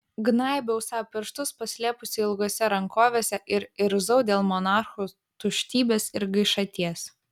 gnaibiau sau pirštus paslėpusi ilgose rankovėse ir irzau dėl monarchų tuštybės ir gaišaties